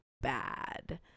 bad